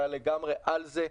שהיה לגמרי על זה,